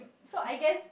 so I guess